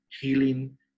healing